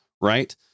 Right